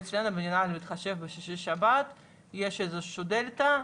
אצלנו במדינה אם נתחשב בשישי-שבת יש איזה שהיא דלתא,